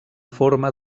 forma